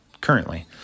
currently